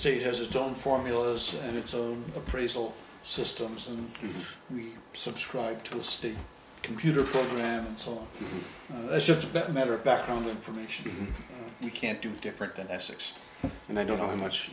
state has its own formulas and its own appraisal systems and we subscribe to a state computer program and so it's just that a matter of background information you can't do different than essex and i don't know how much